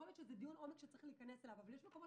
יכול להיות שזה דיון עומק שצריך להיכנס אליו אבל יש מקומות